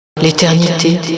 l'éternité